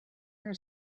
her